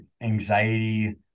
anxiety